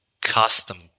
custom